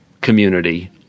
community